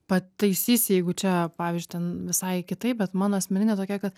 pataisysi jeigu čia pavyzdžiui ten visai kitaip bet mano asmeninė tokia kad